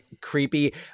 creepy